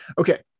Okay